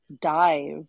dive